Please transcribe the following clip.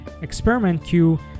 experimentq